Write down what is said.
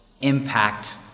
impact